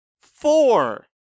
Four